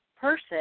person